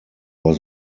was